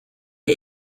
der